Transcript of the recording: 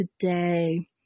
Today